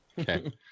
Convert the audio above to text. Okay